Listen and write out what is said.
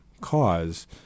cause